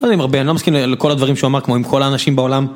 אני לא מסכים לכל הדברים שהוא אמר, כמו עם כל האנשים בעולם.